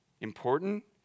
Important